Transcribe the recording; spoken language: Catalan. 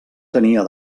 tenia